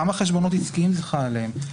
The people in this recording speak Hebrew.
כמה חשבונות עסקיים זה חל עליהם.